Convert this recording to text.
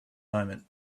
moment